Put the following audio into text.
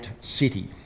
city